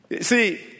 See